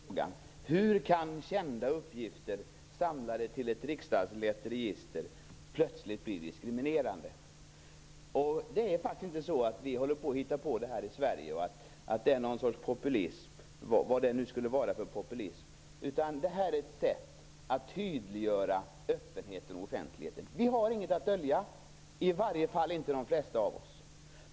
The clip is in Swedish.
Fru talman! Jag skulle så gärna vilja få ett svar på frågan hur kända uppgifter, samlade till ett riksdagslätt register, plötsligt kan bli diskriminerande. Detta är inte något som vi bara hittar på här i Sverige eller något slags populism, vad nu det skulle vara för populism. Detta är ett sätt att tydliggöra öppenheten och offentligheten. Vi har inget att dölja, i varje fall inte de flesta av oss.